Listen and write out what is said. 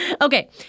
Okay